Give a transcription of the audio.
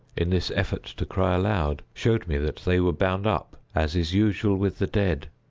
in this effort to cry aloud, showed me that they were bound up, as is usual with the dead.